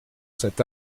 cet